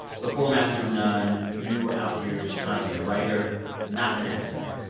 before master of none, you were out here just trying to be a writer not an actor.